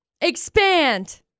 Expand